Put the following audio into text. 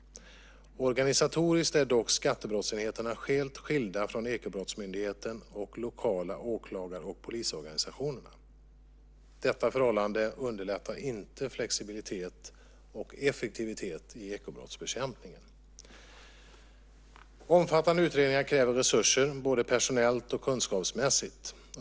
Organisatoriskt är dock skattebrottsenheterna helt skilda från Ekobrottsmyndigheten och de lokala åklagar och polisorganisationerna. Detta förhållande underlättar inte flexibilitet och effektivitet i ekobrottsbekämpningen. Omfattande utredningar kräver resurser, både personellt och kunskapsmässigt.